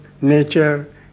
nature